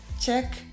check